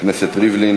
(הוספת יום חופשה ביום האזכרה הפרטית),